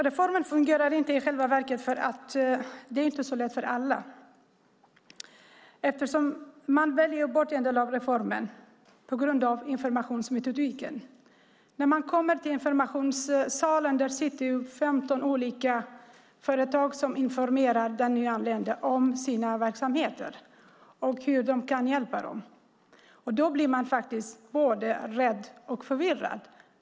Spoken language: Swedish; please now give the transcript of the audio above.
Reformen fungerar inte eftersom det inte är så lätt för alla. Man väljer bort en del av reformen på grund av informationsmetodiken. När man kommer till informationssalen sitter där 15 olika företag som informerar den nyanlända om sina verksamheter och hur de kan hjälpa till. Då blir man både rädd och förvirrad.